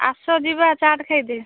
ଆସ ଯିବା ଚାଟ୍ ଖାଇତେ